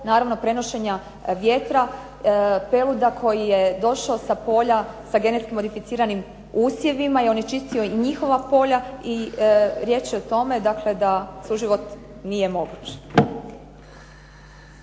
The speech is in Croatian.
naravno prenošenja vjetra peluda koji je došao sa polja sa genetski modificiranim usjevima i onečistio i njihova polja i riječ je o tome dakle da suživot nije moguć.